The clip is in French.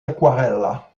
aquarelles